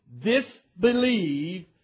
disbelieve